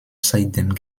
seitdem